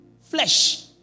Flesh